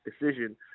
decision